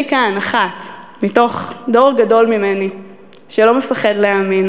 אני כאן אחת מתוך דור גדול ממני שלא מפחד להאמין.